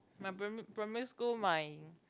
my primary primary school my